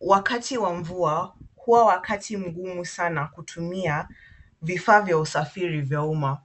Wakati wa mvua huwa wakati mgumu sana kutumia vifaa vya usafiri vya umma .